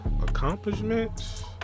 Accomplishments